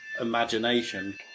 imagination